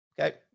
Okay